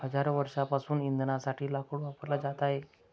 हजारो वर्षांपासून इंधनासाठी लाकूड वापरला जात आहे